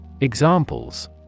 Examples